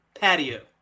patio